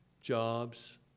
jobs